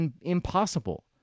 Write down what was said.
impossible